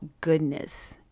goodness